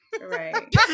Right